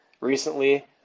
recently